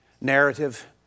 narrative